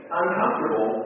uncomfortable